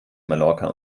mallorca